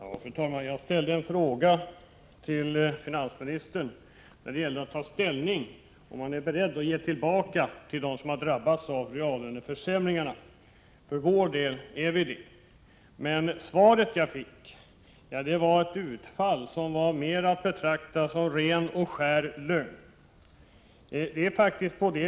Fru talman! Jag ställde en fråga till finansministern där det gällde att ta ställning till om man är beredd att ge pengar tillbaka till dem som drabbats av reallöneförsämringarna. För vår del är vi beredda. Men det svar jag fick var ett utfall som var mer att betrakta som ren och skär lögn.